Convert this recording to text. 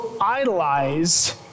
idolize